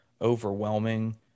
overwhelming